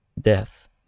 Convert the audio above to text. death